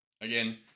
again